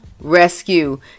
rescue